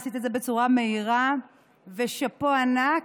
עשית את זה בצורה מהירה ושאפו ענק,